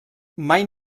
mai